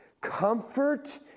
comfort